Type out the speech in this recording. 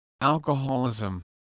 Alcoholism